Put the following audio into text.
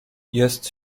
jest